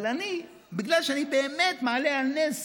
אבל בגלל שאני באמת מעלה על נס